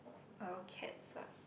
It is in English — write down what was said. our cats ah